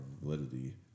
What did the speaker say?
validity